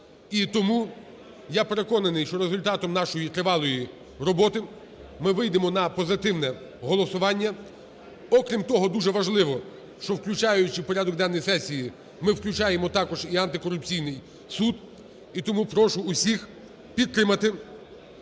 тому я переконаний, що за результатом нашої тривалої роботи ми вийдемо на позитивне голосування. Окрім того, дуже важливо, що включаючи в порядок денний сесії, ми включаємо також і антикорупційний суд. І тому прошу всіх підтримати